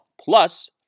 plus